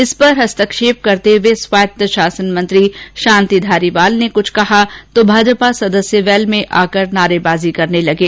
इस पर हस्तक्षेप करते हुए स्वायत्त शासन मंत्री शांति धारीवाल ने कुछ कहा तो भाजपा सदस्य वैल में आकर नारेबाजी करने लगे